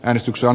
äänestyksen